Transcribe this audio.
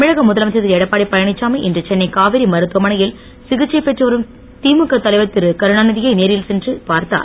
தமிழக முதலமைச்சர் திருஎடப்பாடியழனிச்சாமி இன்று சென்னை காவேரி மருத்துவமனையில் சிகிச்சை பெற்றுவரும் திமுக தலைவர் திருகருணாநிதி யை நேரில் சென்று பார்த்தார்